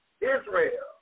Israel